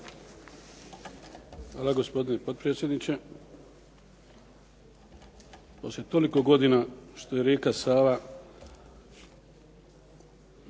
Hvala gospodine potpredsjedniče. Poslije toliko godina što je rijeka Sava